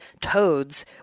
toads